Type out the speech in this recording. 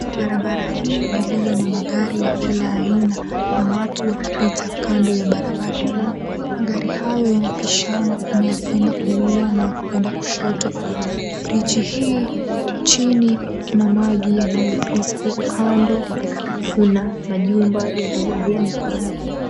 Barabara hii iliyo na magari ya kila aina na watu wakipita kando ya barabara hii, magari yanapishana, kuna ya kuenda kulia na ya kuenda kushoto. Bridge hii chini kuna maji yanayopita huku kando kuna majumba yaliyojengwa.